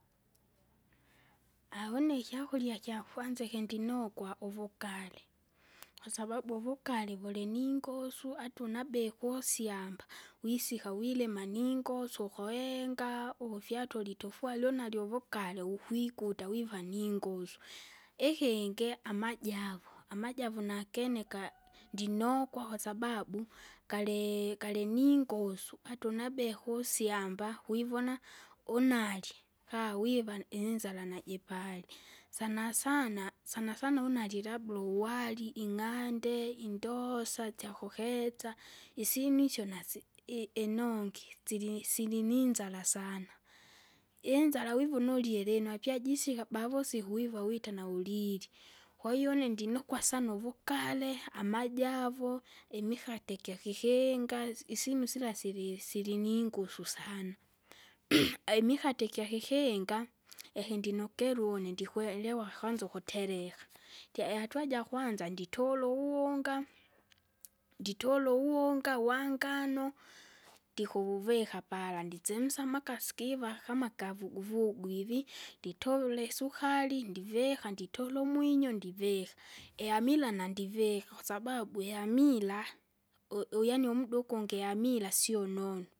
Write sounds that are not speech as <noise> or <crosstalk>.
<noise> <hesitation> une ikyakurya kyakwanza iki ndinokwa uvugare, kwasababu uvugare vuliningusu, ata unabi kusyamba, wisika wilima ningosu ukohenga, ukufyatura itofwari unalyo uvugare ukwikuta viva ningusu. Ikingi amajavu, amajavu nakene ka, <noise> ndinokwa kwasababu, gali- galiningosu, ata unabe kusyamba kwivona, unali, kaa vivani inzara najipali. Sana sana, sana sana unali labda uwari, ing'ande, indosa syakuketsa, isyinu isyo nasi- i- inongi, sili- silininzara sana. inzara wivona ulye lino apya jisika bavusiku wiva wita naulilye. Kwahiyo une ndinokwa sana uvugare, amajavo, imikate gyakikinga, isyinu sila sili sili siliningusu sana, <noise> aimikate gyakikinga, ikindinokeru une ndikwerewa kwanza ukutera. Ndya ihatua jakwanza nditola uwunga, nditole uwunga wangano, ndikuvuvika pala, ndisemsa amakasi kiva kamakavuguvugu ivi nditovule isukari, ndivika, nditore umwinyo ndivika, iamira nandivika kwasababu iamira ui- ui- yaani umuda ukungi iamira sio nonu.